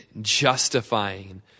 justifying